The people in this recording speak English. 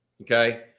Okay